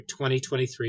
2023